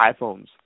iPhones